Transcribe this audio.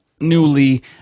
newly